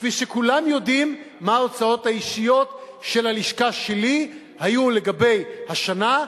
כפי שכולם יודעים מה היו ההוצאות האישיות של הלשכה שלי לגבי השנה,